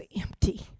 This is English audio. empty